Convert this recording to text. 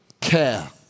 care